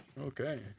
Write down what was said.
Okay